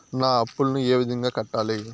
నా అప్పులను ఏ విధంగా కట్టాలి?